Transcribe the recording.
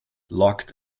locked